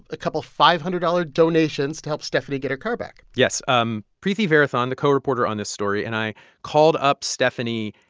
a couple five hundred dollars donations to help stephanie get her car back yes. um preeti varathan, the co-reporter on this story, and i called up stephanie,